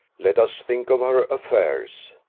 let us think of her affairs.